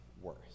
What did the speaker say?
worse